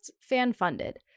fan-funded